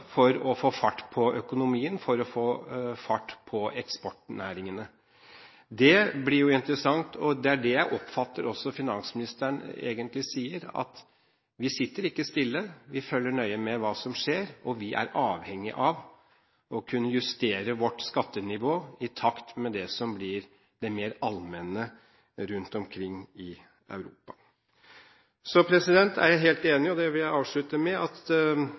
for å få fart på økonomien og for å få fart på eksportnæringene? Det blir jo interessant. Det er det jeg oppfatter at også finansministeren egentlig sier, at vi sitter ikke stille. Vi følger nøye med på hva som skjer, og vi er avhengig av å kunne justere vårt skattenivå i takt med det som blir det mer allmenne rundt omkring i Europa. Jeg vil avslutte med å si at jeg er helt enig